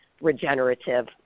regenerative